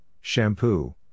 shampoo